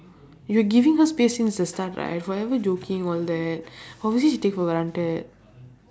you're giving her space since the start right forever joking all that obviously she take for granted